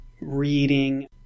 reading